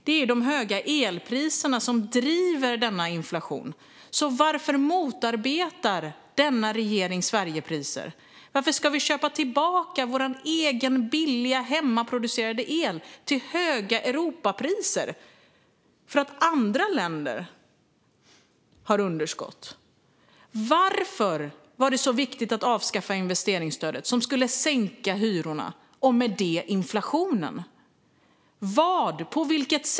Det är de höga elpriserna som driver denna inflation. Så varför motarbetar denna regering Sverigepriser? Varför ska vi köpa tillbaka vår egen billiga, hemmaproducerade el till höga Europapriser för att andra länder har underskott? Varför var det så viktigt att avskaffa investeringsstödet som skulle sänka hyrorna och med det inflationen?